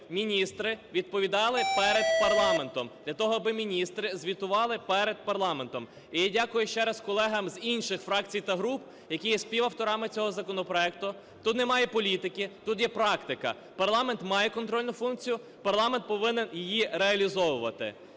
міністри відповідали перед парламентом. Для того аби міністри звітували перед парламентом. І дякую ще раз колегам з інших фракцій та груп, які є співавторами цього законопроекту. Тут немає політики. Тут є практика. Парламент має контрольну функцію, парламент повинен її реалізовувати.